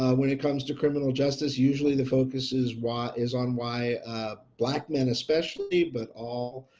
when it comes to criminal justice usually the focus is why is on why black men especially but all